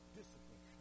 discipline